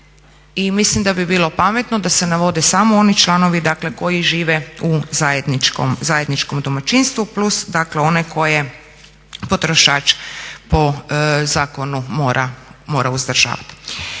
i mislim da bi bilo pametno da se navode samo oni članovi, dakle koji žive u zajedničkom domaćinstvu plus dakle one koje potrošač po zakonu mora uzdržavati.